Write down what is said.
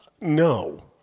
No